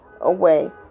away